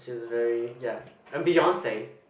she's very ya and Beyonce